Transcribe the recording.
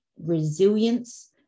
resilience